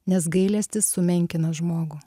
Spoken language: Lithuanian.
nes gailestis sumenkina žmogų